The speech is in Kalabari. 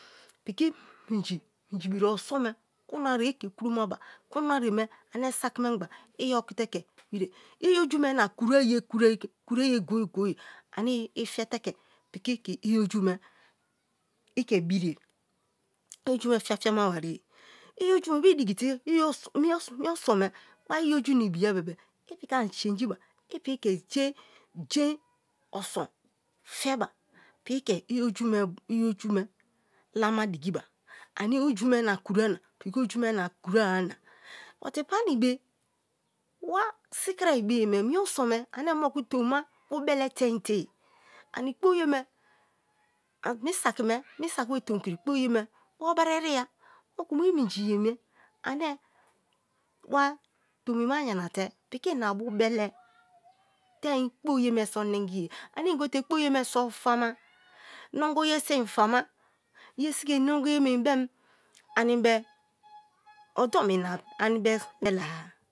piki minji, minji biri oson me kunue ye i ke kuromaba, kunue yeme ane sakimengha i okite ke birie, i oju me na kura ye goye goye ane i fe te ke piki i oju me i ke birie, i oju me fiafia ma-nye i oju me bo i diki te mi oson me bari i oju na ibiya bebee i piki ani changi ba i piki ke jein jein oson peba, piki kei oju me lama dikiba ani oju me na kura na piki oju me na kura-a na put pani be ira sikirie be ye me mi oson me ane moku tomi ma bubele tein te ye ani kpo ye me mi sakime, mi sakibe tomikiri ba bari eriya, moku mi minji ye me ane wa, tomima yanate piki i na bu beletein kpo ye me nengi ye ani i gote kpo ye fama, nongo ye so i fama, yeskiri ye nongo ye belara.